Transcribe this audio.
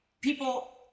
people